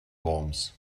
worms